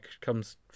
comes